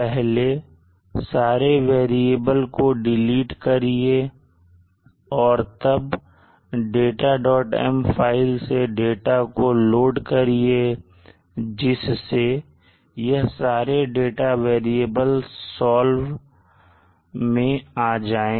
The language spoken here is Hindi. पहले सारे वेरिएबल को डिलीट करिए और तब datam फाइल से डाटा को लोड करिए जिससे कि यह सारे डाटा वेरिएबल solve मैं आ जाएंगे